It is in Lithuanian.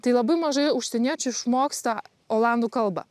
tai labai mažai užsieniečių išmoksta olandų kalbą